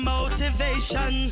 Motivation